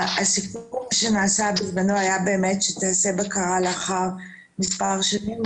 הסיפור שנעשה בזמנו באמת היה שתיעשה בקרה לאחר מספר שנים.